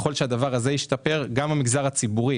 גם המגזר הציבורי